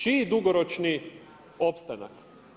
Čiji dugoročni opstanak?